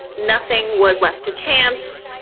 nothing was left to chance.